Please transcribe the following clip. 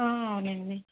అవునండి